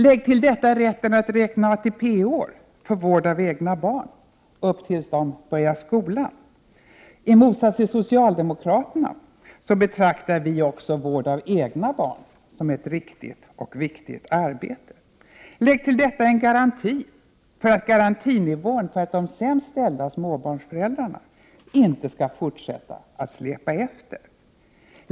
Lägg till detta rätten att räkna ATP-år för vård av egna barn, tills barnet börjar i skolan. I motsats till socialdemokraterna betraktar vi också vård av egna barn som ett riktigt och viktigt arbete. Lägg till detta en garanti för att garantinivån för de sämst ställda småbarnsföräldrarna inte skall fortsätta att släpa efter.